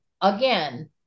again